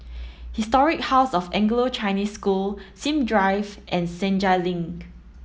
Historic House of Anglo Chinese School Sim Drive and Senja Link